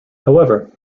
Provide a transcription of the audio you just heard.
however